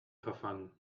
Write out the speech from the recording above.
verfangen